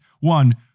One